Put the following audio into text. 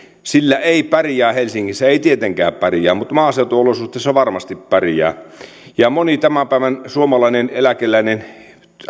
sillä ei pärjää helsingissä ei tietenkään pärjää mutta maaseutuolosuhteissa varmasti pärjää ja moni tämän päivän suomalainen eläkeläinen